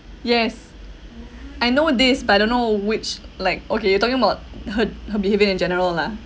yes I know this but I don't know which like okay you talking about her her behaviour in general lah